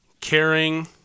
caring